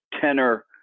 tenor